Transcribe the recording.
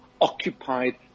occupied